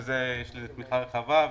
בזה יש תמיכה רחבה,